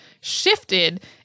shifted